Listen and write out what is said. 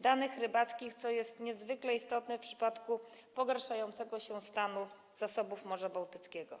danych rybackich, co jest niezwykle istotne w przypadku pogarszającego się stanu zasobów Morza Bałtyckiego.